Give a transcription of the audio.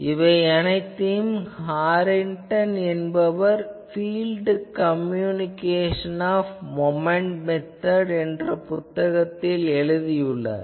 இவையனைத்தையும் Harrington என்பவர் field computation of moment method என்ற புத்தகத்தில் எழுதியுள்ளார்